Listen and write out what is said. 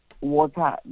water